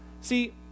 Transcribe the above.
See